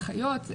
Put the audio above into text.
האחיות,